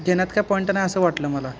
घेण्यात काय पॉईंट नाही असं वाटलं मला